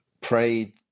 prayed